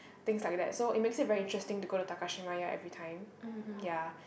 things like that so it make it very interesting to go the Takashimaya everytime ya